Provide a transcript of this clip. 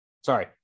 Sorry